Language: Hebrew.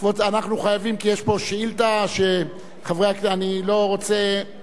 כי יש פה שאילתא שאני לא רוצה לוותר עליה.